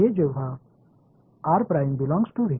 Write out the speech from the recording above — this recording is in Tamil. எனவே நான் பொருளின் உள்ளே சென்றால் என்ன விளக்கம்